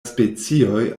specioj